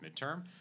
midterm